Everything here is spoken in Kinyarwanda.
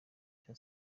cya